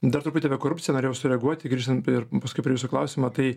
dar truputį apie korupciją norėjau sureaguoti grįžtant prie paskui prie jūsų klausimo tai